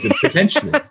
Potentially